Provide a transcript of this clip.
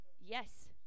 Yes